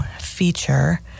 feature